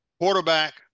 quarterback